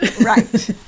Right